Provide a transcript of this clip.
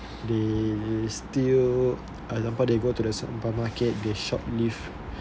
they still example they go to the supermarket they shoplift